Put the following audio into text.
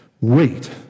Wait